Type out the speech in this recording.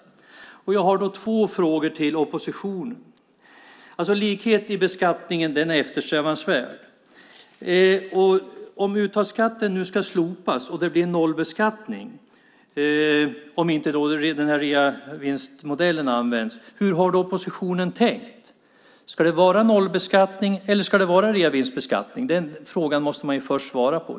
Jag har två frågor till oppositionen. Likhet i beskattningen är eftersträvansvärt. Om uttagsskatten ska slopas blir det nollbeskattning om inte reavinstmodellen används. Hur har oppositionen tänkt? Ska det vara nollbeskattning eller reavinstbeskattning? Den frågan måste man först svara på.